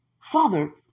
Father